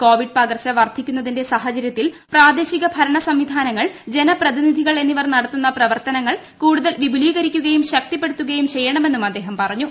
Covid പകർച്ച വർദ്ധിക്കുന്നതിന്റെ സാഹചരൃത്തിൽ പ്രാദേശിക ഭരണസംവിധാനങ്ങൾ ജനപ്രതിനിധികൾ എന്നിവർ നടത്തുന്ന പ്രവർത്തനങ്ങൾ കൂടുതൽ വിപുലീകരിക്കുകയും ശക്തിപ്പെടുത്തുകയും ചെയ്യണമെന്നും അദ്ദേഹം പറഞ്ഞു